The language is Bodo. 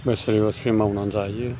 बोसोर बोसोर मावनानै जायो